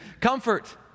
comfort